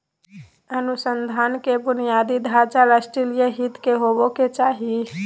अनुसंधान के बुनियादी ढांचा राष्ट्रीय हित के होबो के चाही